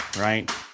right